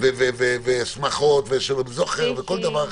ושמחות וכל דבר אחר,